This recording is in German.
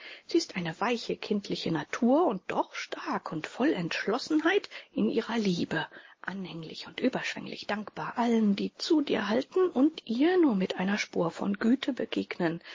sie ist eine weiche kindliche natur und doch stark und voll entschlossenheit in ihrer liebe anhänglich und überschwenglich dankbar allen die zu dir halten und ihr nur mit einer spur von güte begegnen